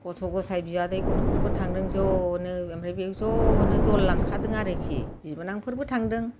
गथ' गथाय बियादै गथ'फोरबो थांदों ज'नो ओमफ्राय बेयाव ज'नो दल लांखादों आरोखि बिबोनांफोरबो थांदों